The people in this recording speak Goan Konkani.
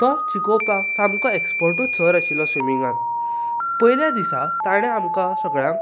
तो शिकोवपाक सामको एक्सपर्टूच सर आशिल्लो स्विमींगाक पयले दिसा ताणें आमकां सगल्यांक